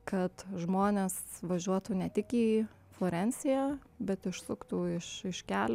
kad žmonės važiuotų ne tik į florenciją bet išsuktų iš iš kelio